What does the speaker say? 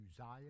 Uzziah